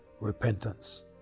repentance